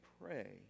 pray